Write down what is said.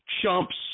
Chumps